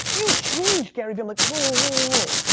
you've changed gary! they're like, whoa,